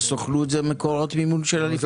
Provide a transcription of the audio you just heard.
הסוכנות זה מקורות מימון של אנשים שתורמים.